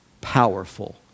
powerful